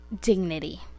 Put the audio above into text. dignity